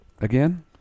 again